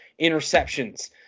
interceptions